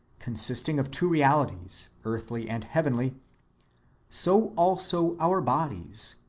consisting of two realities, earthly and heavenly so also our bodies,